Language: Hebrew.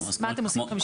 מה אתם עושים חמישה ימים?